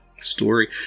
Story